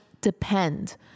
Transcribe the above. depend